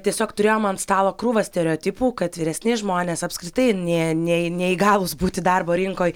tiesiog turėjom ant stalo krūvą stereotipų kad vyresni žmonės apskritai nė nei neįgalūs būti darbo rinkoj